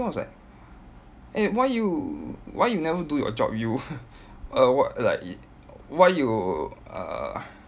was like eh why you why you never do your job you err what like y~ why you uh